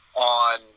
on